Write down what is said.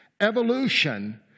Evolution